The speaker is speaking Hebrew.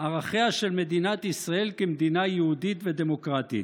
"ערכיה של מדינת ישראל כמדינה יהודית ודמוקרטית".